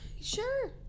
Sure